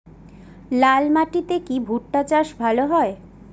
লাল মাটিতে কি ভুট্টা চাষ ভালো হয়?